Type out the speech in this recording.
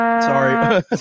Sorry